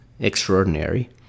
Extraordinary